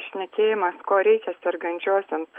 šnekėjimas ko reikia sergančiosioms